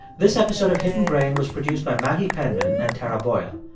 this episode of hidden brain was produced by maggie penman and tara boyle.